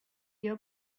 your